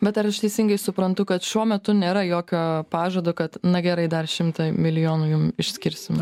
bet ar aš teisingai suprantu kad šiuo metu nėra jokio pažado kad na gerai dar šimtą milijonų jum išskirsim